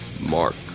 Mark